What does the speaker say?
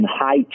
high